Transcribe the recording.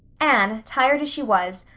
anne, tired as she was,